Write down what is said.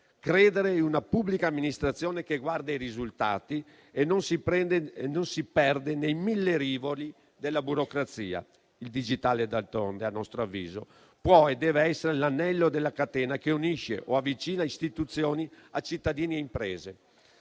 credere in una pubblica amministrazione, che guarda ai risultati e non si perde nei mille rivoli della burocrazia. Il digitale, d'altronde, a nostro avviso, può e deve essere l'anello della catena che unisce o avvicina istituzioni a cittadini e imprese.